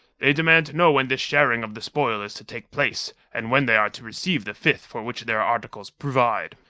they demand to know when this sharing of the spoil is to take place, and when they are to receive the fifth for which their articles provide.